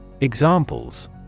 Examples